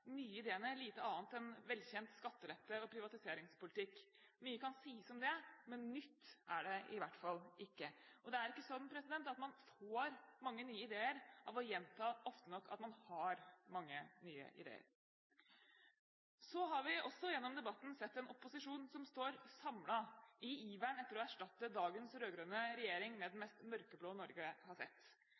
nye ideene lite annet enn velkjent skattelette- og privatiseringspolitikk. Mye kan sies om det, men nytt er det i hvert fall ikke. Det er ikke sånn at man får mange nye ideer av å gjenta ofte nok at man har mange nye ideer. Så har vi også gjennom debatten sett en opposisjon som står samlet i iveren etter å erstatte dagens rød-grønne regjering med den mest mørkeblå Norge har sett.